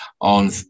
on